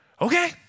okay